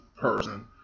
person